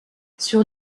sur